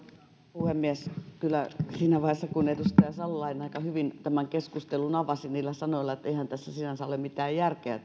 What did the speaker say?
puhemies kyllä siinä vaiheessa kun edustaja salolainen aika hyvin tämän keskustelun avasi niillä sanoilla että eihän tässä brexitissä sinänsä ole mitään järkeä